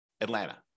Atlanta